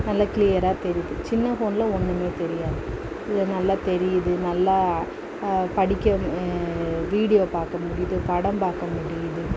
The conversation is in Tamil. நல்லா க்ளியராக தெரியுது சின்ன ஃபோனில் ஒன்றுமே தெரியாது இதில் நல்லா தெரியுது நல்லா படிக்க வீடியோ பார்க்க முடியுது படம் பார்க்க முடியுது